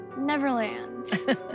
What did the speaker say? Neverland